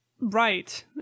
right